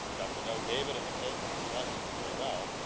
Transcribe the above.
got to know david and the kids and the collections very well,